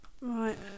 right